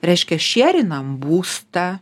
reiškia šėrinam būstą